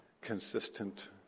consistent